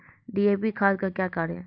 DAP खाद का क्या कार्य हैं?